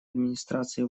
администрации